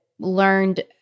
Learned